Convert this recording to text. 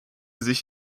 sich